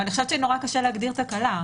קשה להגדיר תקלה.